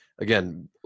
again